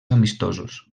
amistosos